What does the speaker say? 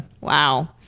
wow